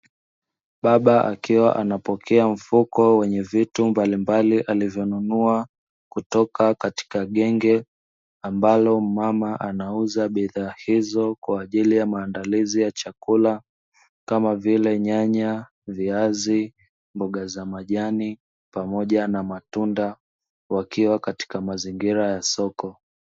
Baba akiwa anapokea mfuko wenye vitu mbalimbali alivyonunua kutoka katika genge ambalo mmama anauza bidhaa hizo kwa ajili ya maandalizi ya chakula, kama vile: nyanya, viazi, mboga za majani pamoja na matunda; wakiwa katika mazingira ya soko.